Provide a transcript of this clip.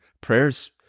prayers